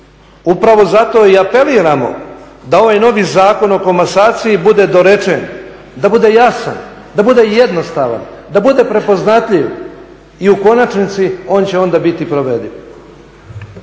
Upravo zato i apeliramo da ovaj novi Zakon o komasaciji bude dorečen, da bude jasan, da bude jednostavan, da bude prepoznatljiv i u konačnici on će onda biti provediv.